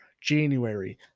January